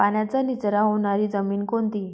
पाण्याचा निचरा होणारी जमीन कोणती?